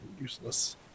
useless